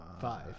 Five